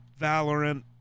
Valorant